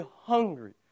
hungry